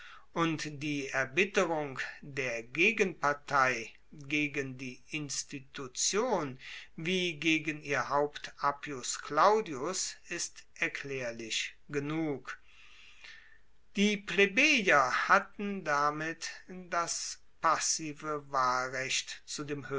und die erbitterung der gegenpartei gegen die institution wie gegen ihr haupt appius claudius ist erklaerlich genug die plebejer hatten damit das passive wahlrecht